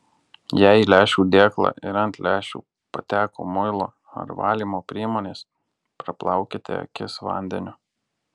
jei į lęšių dėklą ir ant lęšių pateko muilo ar valymo priemonės praplaukite akis vandeniu